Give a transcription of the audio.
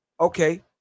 Okay